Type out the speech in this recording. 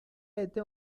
عده